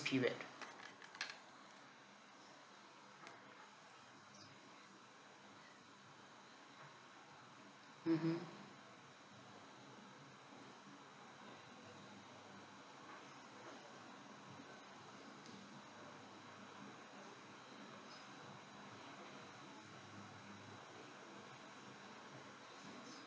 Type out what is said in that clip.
period mmhmm